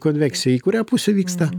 konvekcija į kurią pusę vyksta